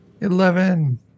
Eleven